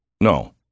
no